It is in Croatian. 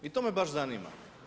I to me baš zanima.